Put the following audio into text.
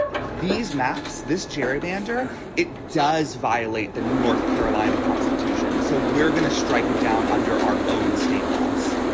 these maps this gerrymander it does violate the north carolina constitution so we're going to strike it down under our own state laws